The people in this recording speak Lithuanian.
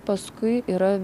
paskui yra